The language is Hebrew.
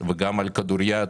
וגם על כדוריד,